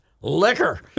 Liquor